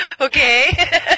Okay